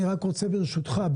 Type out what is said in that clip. ברשותך אבי,